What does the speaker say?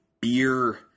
beer